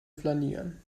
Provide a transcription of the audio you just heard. flanieren